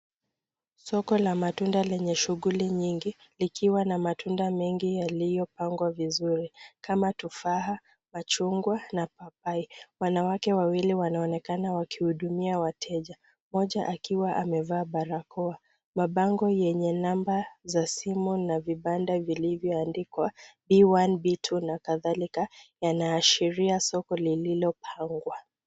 Soko la matunda lenye shughuli nyingi, likiwa na matunda mengi yaliyopangwa vizuri, kama tufaha, machungwa na papai. Wanawake wawili wanaonekana wakihudumia wateja. Mmoja akiwa amevaa barakoa. Mabango yenye namba za simu na vibanda vilivyoandikwa B1, B2 na kadhalika yanaashiria soko lililopangwa.